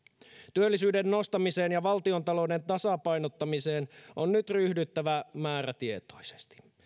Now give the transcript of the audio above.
työllisyyden nostamiseen ja valtiontalouden tasapainottamiseen on nyt ryhdyttävä määrätietoisesti